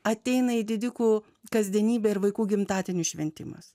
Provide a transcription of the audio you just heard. ateina į didikų kasdienybę ir vaikų gimtadienių šventimas